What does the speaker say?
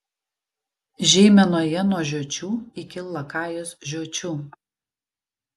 žeimenoje nuo žiočių iki lakajos žiočių